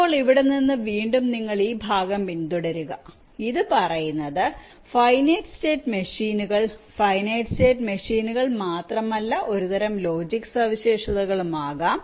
ഇപ്പോൾ ഇവിടെ നിന്ന് വീണ്ടും നിങ്ങൾ ഈ ഭാഗം പിന്തുടരുക ഇത് പറയുന്നത് ഫൈനൈറ്റ് സ്റ്റേറ്റ് മെഷീനുകൾ ഫൈനൈറ്റ് സ്റ്റേറ്റ് മെഷീനുകൾ മാത്രമല്ല ഒരുതരം ലോജിക് സവിശേഷതകളും ആകാം